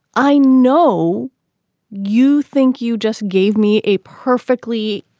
i know you think you just gave me a perfectly,